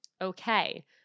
Okay